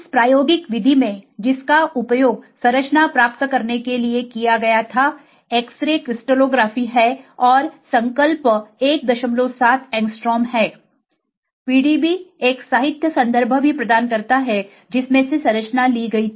इस प्रायोगिक विधि में जिसका उपयोग संरचना प्राप्त करने के लिए किया गया था एक्स रे विवर्तन है और संकल्प 17 एंगस्ट्रॉम है PDB एक साहित्य संदर्भ भी प्रदान करता है जिसमें से संरचना ली गई थी